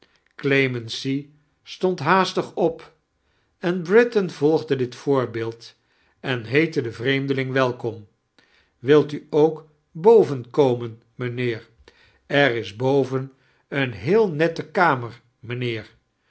clemency stond haastig op em britain volgde dit voombeeld em heette dm vreemdeliiig we'lkom wilt u ook boven komen mijmheer er is boven een hel nette kamer mijnheer